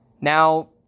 Now